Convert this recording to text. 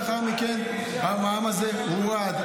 לאחר מכן המע"מ הזה הורד,